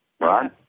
right